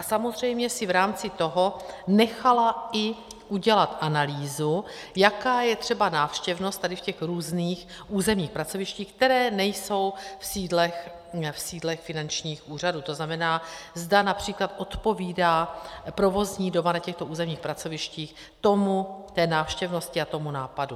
Samozřejmě si v rámci toho nechala udělat i analýzu, jaká je třeba návštěvnost tady v těch různých územních pracovištích, která nejsou v sídlech finančních úřadů, to znamená, zda například odpovídá provozní doba na těchto územních pracovištích návštěvnosti a tomu nápadu.